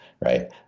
right